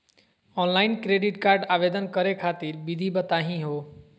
Online credit card आवेदन करे खातिर विधि बताही हो?